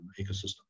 ecosystem